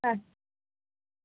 ಹಾಂ